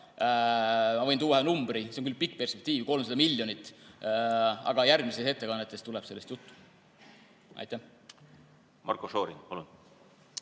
Ma võin tuua ühe numbri, see on küll pikk perspektiiv, 300 miljonit. Aga järgmistes ettekannetes tuleb sellest juttu. Aitäh küsimuse